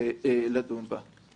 לדון בה.